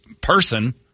person